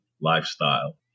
lifestyle